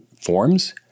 forms